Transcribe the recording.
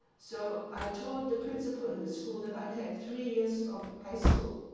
so i told the principal in the school that i'd had three years of high school.